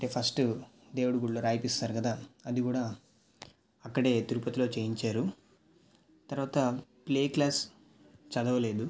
అంటే ఫస్టు ద కదా అది కూడా అక్కడే తిరుపతిలో చేపించారు తరువాత ప్లే క్లాస్ చదవలేదు